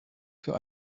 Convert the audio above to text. für